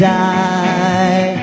die